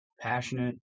passionate